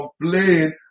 complain